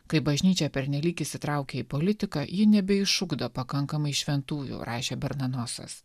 kai bažnyčia pernelyg įsitraukia į politiką ji nebeišugdo pakankamai šventųjų rašė bernanosas